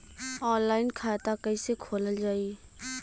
Online खाता कईसे खोलल जाई?